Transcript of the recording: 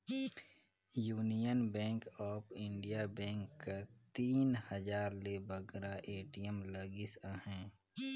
union bank of India bank कर तीन हजार ले बगरा ए.टी.एम लगिस अहे